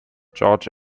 george